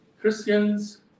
Christians